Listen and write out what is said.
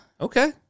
Okay